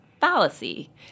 fallacy